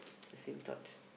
same thoughts